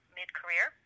mid-career